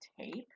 tape